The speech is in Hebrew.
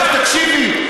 עכשיו תקשיבי,